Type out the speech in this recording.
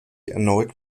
erneut